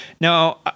Now